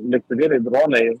lėktuvėliai dronai